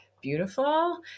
beautiful